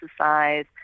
exercise